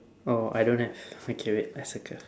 oh I don't have okay wait I circle